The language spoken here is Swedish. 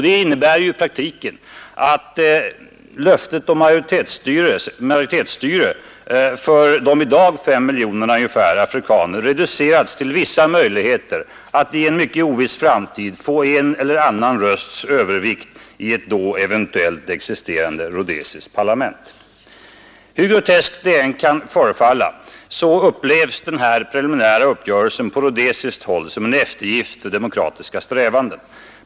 Detta innebär i praktiken att löftet om majoritetsstyre för afrikaner reducerats till vissa möjligheter att i en oviss framtid få en eller annan rösts övervikt i ett då eventuellt existerande rhodesiskt parlament. Hur groteskt det än kan förefalla oss upplevs denna uppgörelse på rhodesiskt håll som en eftergift för demokratiska strävanden.